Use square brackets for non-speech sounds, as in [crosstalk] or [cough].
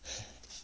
[breath]